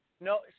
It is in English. No